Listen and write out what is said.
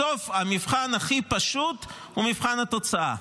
בסוף, המבחן הכי פשוט הוא מבחן התוצאה.